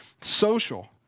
social